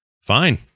Fine